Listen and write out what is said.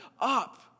up